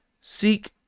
seek